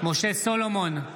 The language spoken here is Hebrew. משה סולומון,